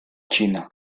china